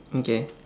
okay